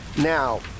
Now